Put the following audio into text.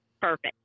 perfect